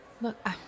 Look